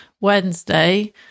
Wednesday